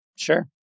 Sure